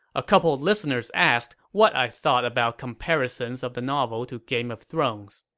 a couple listeners asked what i thought about comparisons of the novel to game of thrones.